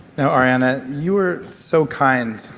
ariana, you were so kind.